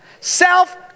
Self